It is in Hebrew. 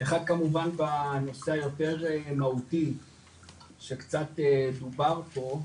אחד כמובן בנושא היותר מהותי שקצת דובר פה,